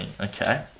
Okay